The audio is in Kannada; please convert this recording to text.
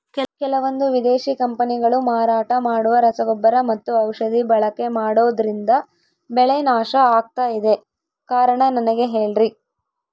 ಕೆಲವಂದು ವಿದೇಶಿ ಕಂಪನಿಗಳು ಮಾರಾಟ ಮಾಡುವ ರಸಗೊಬ್ಬರ ಮತ್ತು ಔಷಧಿ ಬಳಕೆ ಮಾಡೋದ್ರಿಂದ ಬೆಳೆ ನಾಶ ಆಗ್ತಾಇದೆ? ಕಾರಣ ನನಗೆ ಹೇಳ್ರಿ?